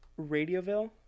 Radioville